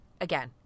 again